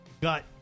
Got